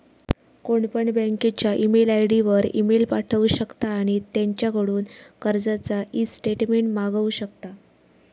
कोणपण बँकेच्या email ID वर मेल पाठवु शकता आणि त्यांच्याकडून कर्जाचा ईस्टेटमेंट मागवु शकता